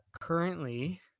Currently